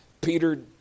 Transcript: Peter